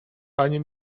panie